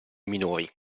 minori